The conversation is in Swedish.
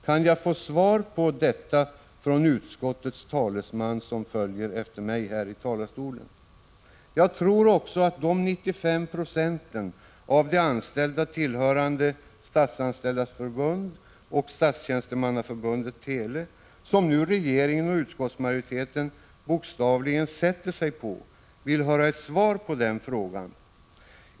Kan jag få svar på detta från utskottets talesman, som följer efter mig här i talarstolen? Jag tror också att de 95 926 av de anställda tillhörande Statsanställdas förbund och Statstjänstemannaförbundet/Tele, som nu regeringen och utskottsmajoriteten bokstavligen ”sätter sig på”, vill få ett svar på den frågan.